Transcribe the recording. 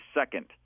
second